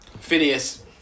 Phineas